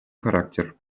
характер